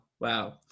wow